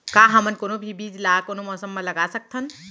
का हमन कोनो भी बीज ला कोनो मौसम म लगा सकथन?